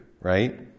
right